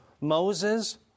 Moses